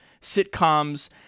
sitcoms